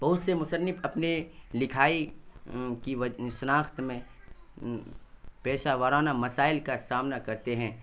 بہت سے مصنف اپنے لکھائی کی کی شناخت میں پیشہ وارانہ مسائل کا سامنا کرتے ہیں